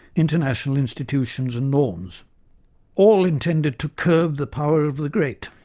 international institutions and norms all intended to curb the power of the great.